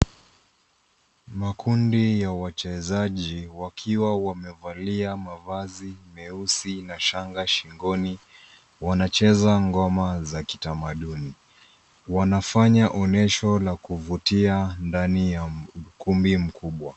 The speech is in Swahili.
Makundi ya wachezaji wakiwa wamecmvalia mavazi meusi na shanga shingoni wanacheza ngoma za kitamaduni .Wanafanya onyesho la kuvutia ndani ya ukumbi mkubwa.